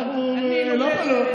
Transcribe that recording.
למה לא,